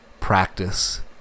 practice